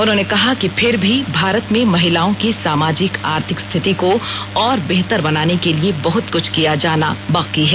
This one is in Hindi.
उन्होंने कहा कि फिर भी भारत में महिलाओं की सामाजिक आर्थिक स्थिति को और बेहतर बनाने के लिए बहत क्छ किया जाना बाकी है